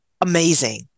amazing